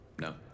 No